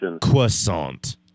croissant